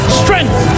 strength